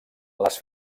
les